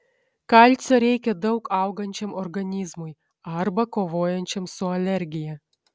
kalcio reikia daug augančiam organizmui arba kovojančiam su alergija